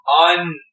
on